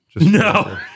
No